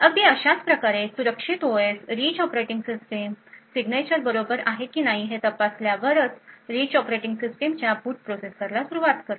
अगदी अशाच प्रकारे सुरक्षित ओएस रिच ऑपरेटिंग सिस्टिमची सिग्नेचर बरोबर आहे कि नाही हे तपासल्यावरच रिच ऑपरेटिंग सिस्टिमच्या बूट प्रोसेसला सुरुवात करते